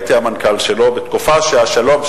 שהייתי המנכ"ל שלו בתקופה שהשלום,